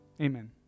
Amen